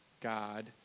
God